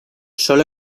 sólo